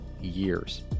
years